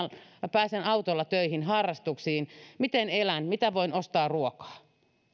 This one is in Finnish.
pääsen autolla töihin harrastuksiin miten elän miten voin ostaa ruokaa